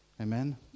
Amen